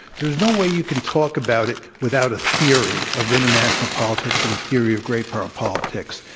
there's no way you can talk about it without a theory of international politics or a theory of great power politics.